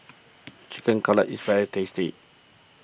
Chicken Cutlet is very tasty